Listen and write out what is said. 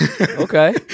Okay